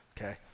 okay